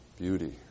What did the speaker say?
beauty